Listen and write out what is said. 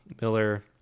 Miller